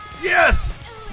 Yes